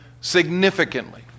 significantly